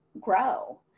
grow